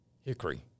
Hickory